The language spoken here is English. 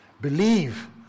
Believe